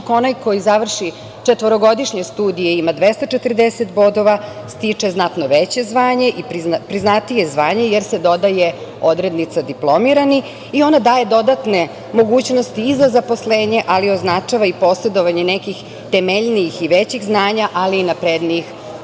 onaj koji završi četvorogodišnje studije ima 240 bodova, stiče znatno veće zvanje i priznatije zvanje, jer se dodaje odrednica – diplomirani, i ona daje dodatne mogućnosti i za zaposlenje ali i označava i posedovanje nekih temeljnijih i većih znanja, ali i naprednijih